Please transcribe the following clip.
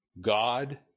God